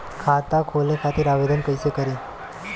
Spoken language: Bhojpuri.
खाता खोले खातिर आवेदन कइसे करी?